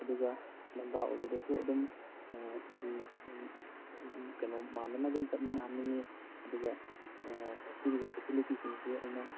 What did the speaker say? ꯑꯗꯨꯒ ꯂꯣꯡꯒꯥ ꯑꯣꯏꯕꯗꯁꯨ ꯑꯗꯨꯝ ꯀꯩꯅꯣ ꯃꯥꯟꯅꯅ ꯑꯗꯨꯝ ꯆꯠꯃꯤꯟꯅꯍꯟꯅꯤꯡꯉꯤ ꯑꯗꯨꯒ ꯄꯤꯔꯤꯕ ꯐꯦꯁꯤꯂꯤꯇꯤꯁꯤꯡꯁꯦ ꯑꯩꯅ